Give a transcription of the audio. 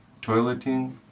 toileting